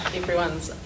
everyone's